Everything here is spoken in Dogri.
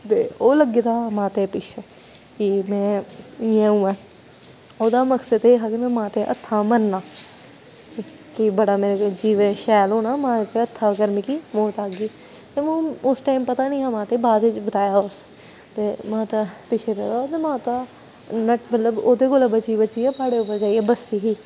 ते ओह् लग्गे दा हा माता दे पिच्छें कि इ'यां उ'यां गै ओह्दा मकसद एह् हा कि में माता दे हत्थें मरना कि बड़ा मेरा जीवन शैल होना माता दे हत्थ मिगी मौत आह्गी ते ओह् उस टैम पता निं ही माता गी बाद बिच्च बताया ते माता दे पिच्छें पेदा हा ते माता मतलब ओह्दे कोला बची बची प्हाड़ें उप्पर जाइयै बस्सी गेई